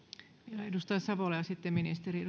ja edustaja savola ja sitten ministeri